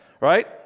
right